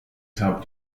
saab